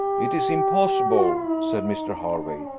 it is impossible, said mr. hervey,